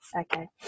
Okay